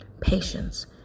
Patience